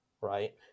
right